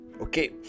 Okay